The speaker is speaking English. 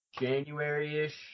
January-ish